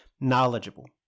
knowledgeable